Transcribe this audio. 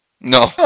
No